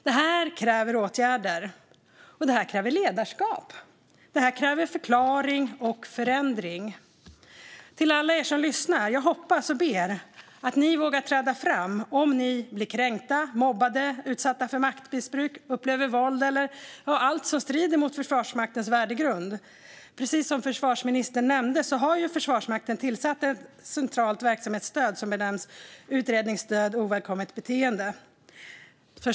Det kräver åtgärder, och det kräver ledarskap. Det kräver förklaring och förändring. Till alla er som lyssnar: Jag hoppas och ber att ni vågar träda fram om ni blir kränkta, mobbade, utsatta för maktmissbruk, upplever våld eller allt som strider mot Försvarsmaktens värdegrund. Precis som försvarsministern nämnde har Försvarsmakten infört ett centralt verksamhetsstöd som benämns Utredningsstöd ovälkommet beteende.